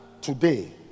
today